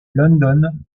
london